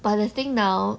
but the thing now